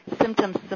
symptoms